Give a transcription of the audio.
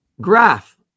graph